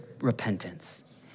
repentance